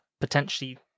potentially